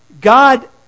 God